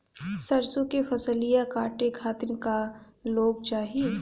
सरसो के फसलिया कांटे खातिन क लोग चाहिए?